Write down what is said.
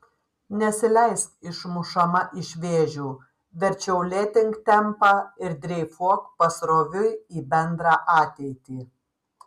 nesileisk išmušama iš vėžių verčiau lėtink tempą ir dreifuok pasroviui į bendrą ateitį